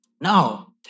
Now